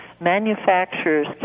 Manufacturers